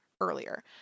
earlier